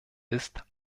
ist